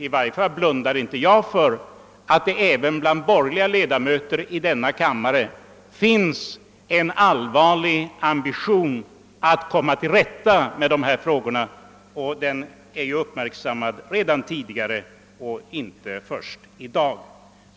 I varje fall blundar inte jag för att det även bland borgerliga ledamöter i denna kammare finns en allvarlig ambition att komma till rätta med dessa frågor; den ambitionen är uppmärksammad redan tidigare och inte först i dag.